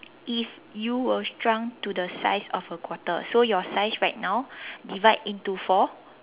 if you were shrunk to the size of a quarter so your size right now divide into four